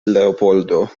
leopoldo